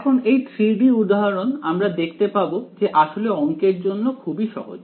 এখন এই 3 D উদাহরণ আমরা দেখতে পাব যে আসলে অংকের জন্য খুবই সহজ